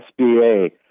SBA